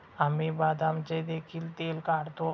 आम्ही बदामाचे देखील तेल काढतो